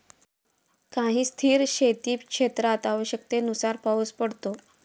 काही स्थिर शेतीक्षेत्रात आवश्यकतेनुसार पाऊस पडतो